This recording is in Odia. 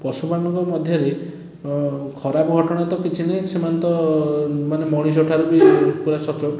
ପଶୁମାନଙ୍କ ମଧ୍ୟରେ ଖରାପ ଘଟଣା ତ କିଛି ନାଇଁ ସେମାନେ ତ ମାନେ ମଣିଷ ଠାରୁ ବି ପୁରା ସଚ୍ଚୋଟ